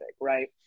right